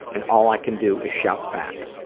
and all i can do is shout back.